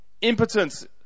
impotence